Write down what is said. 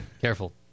careful